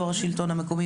יושב ראש השלטון המקומי,